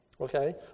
okay